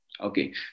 Okay